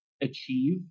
achieve